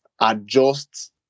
adjust